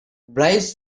bribes